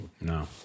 No